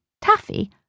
Taffy